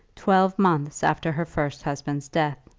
twelve months after her first husband's death,